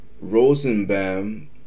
Rosenbaum